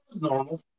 normal